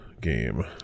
game